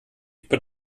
über